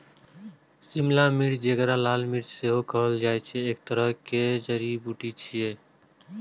शिमला मिर्च, जेकरा लाल मिर्च सेहो कहल जाइ छै, एक तरहक जड़ी बूटी छियै